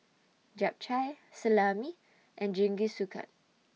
Japchae Salami and Jingisukan